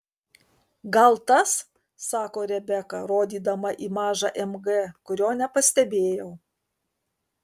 gal tas sako rebeka rodydama į mažą mg kurio nepastebėjau